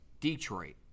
Detroit